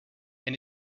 and